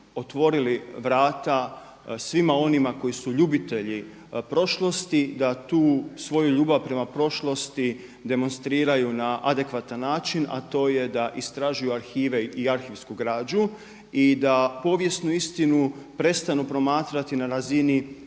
otvorili vrata svima onima koji su ljubitelji prošlosti da tu svoju ljubav prema prošlosti demonstriraju na adekvatan način a to je da istražuju arhive i arhivsku građu. I da povijesnu istinu prestanu promatrati na razini